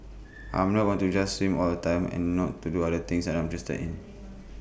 I am not going to just swim all the time and not to do other things that I am interested in